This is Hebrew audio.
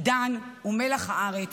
עידן הוא מלח הארץ,